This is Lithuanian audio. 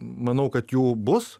manau kad jų bus